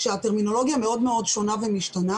שהטרמינולוגיה שונה מאוד ומשתנה.